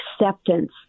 acceptance